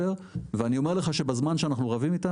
אני אומר לך שבזמן שאנחנו רבים איתם